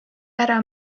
ära